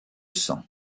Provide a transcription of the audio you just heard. sang